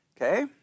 Okay